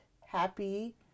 happy